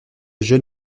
jeune